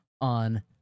on